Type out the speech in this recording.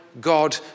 God